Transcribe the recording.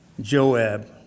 Joab